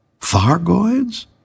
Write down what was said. Fargoids